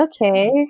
Okay